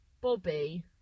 Bobby